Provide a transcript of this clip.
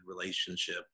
relationship